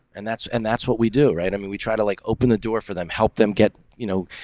and that's and that's what we do, right? i mean, we try to, like, open the door for them, help them get, you know,